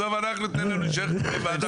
אני חושב שההערה